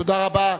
תודה רבה.